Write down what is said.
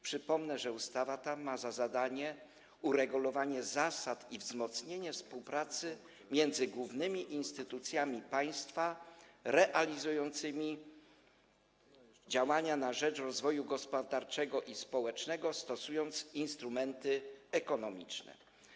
Przypomnę, że ustawa ta ma za zadanie uregulowanie zasad i wzmocnienie współpracy między głównymi instytucjami państwa realizującymi działania na rzecz rozwoju gospodarczego i społecznego przy zastosowaniu instrumentów ekonomicznych.